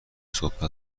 صحبت